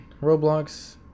Roblox